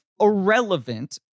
irrelevant